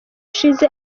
ushize